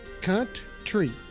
country